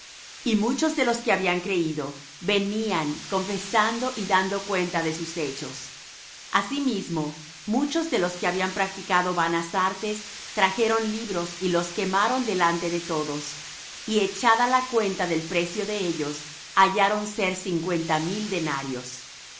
y muchos de los que habían creído venían confesando y dando cuenta de sus hechos asimismo muchos de los que habían practicado vanas artes trajeron los libros y los quemaron delante de todos y echada la cuenta del precio de ellos hallaron ser cincuenta mil denarios